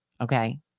okay